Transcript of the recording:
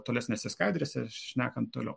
tolesnėse skaidrėse šnekant toliau